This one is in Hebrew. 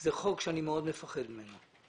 זה חוק שאני מאוד מפחד ממנו.